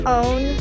own